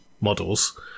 models